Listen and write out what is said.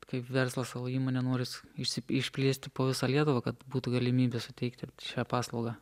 kaip verslas savo įmonę nors išsiplėsti po visą lietuvą kad būtų galimybė suteikti šią paslaugą